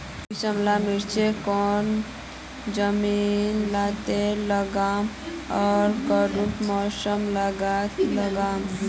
किसम ला मिर्चन कौन जमीन लात्तिर लगाम आर कुंटा मौसम लात्तिर लगाम?